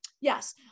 yes